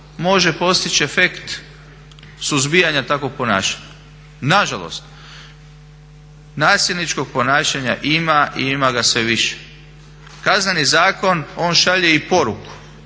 može postići efekt suzbijanja takvog ponašanja. Nažalost, nasilničkog ponašanja ima i ima ga sve više. Kazneni zakon šalje i poruku,